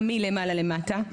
גם מלמעלה למטה,